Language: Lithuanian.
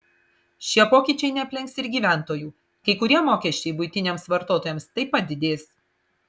šie pokyčiai neaplenks ir gyventojų kai kurie mokesčiai buitiniams vartotojams taip pat didės